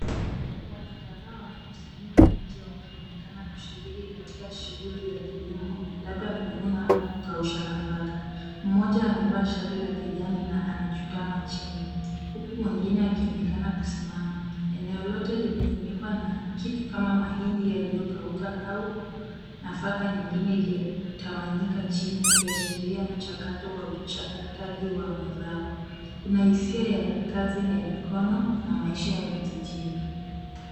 Watu kadhaa wamekusanyika nje wakionekana kushiriki katika shughuli za kilimo labda kuvuna au kukausha nafaka. Mmoja amevaa shati la kijani na amechutama chini huku mwingine akionekana kusimama. Eneo lote imefunikwa na kitu kama mahindi yaliokauka au nafaka nyingine iliyotawanyika chini ikiashiria mchakato wa uchakataji wa mazao. Kuna hisia ya kazi ya mkono na maisha ya vijijini.